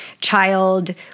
child